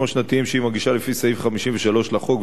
השנתיים שהיא מגישה לפי סעיף 53 לחוק,